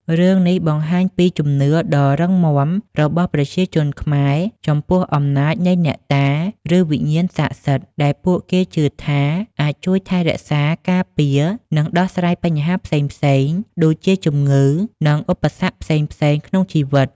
រឿងនេះបង្ហាញពីជំនឿដ៏រឹងមាំរបស់ប្រជាជនខ្មែរចំពោះអំណាចនៃអ្នកតា ឬវិញ្ញាណស័ក្តិសិទ្ធិ ដែលពួកគេជឿថាអាចជួយថែរក្សា ការពារ និងដោះស្រាយបញ្ហាផ្សេងៗ ដូចជាជំងឺ និងឧបសគ្គផ្សេងៗក្នុងជីវិត ។